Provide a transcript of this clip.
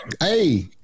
Hey